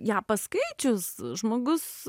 ją paskaičius žmogus